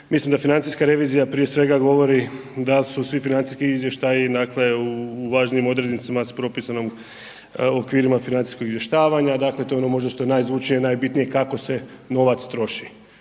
Mislim da financijska revizija prije svega govori da li su svi financijski izvještaji dakle u važnijim odrednicama sa propisanom, okvirima financijskog izvještavanja, dakle to je ono možda što je najzvučnije i najbitnije kako se novac troši,